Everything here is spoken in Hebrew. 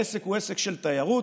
העסק הוא עסק של תיירות,